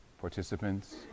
participants